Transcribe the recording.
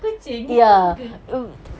kucing faham ke